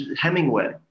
Hemingway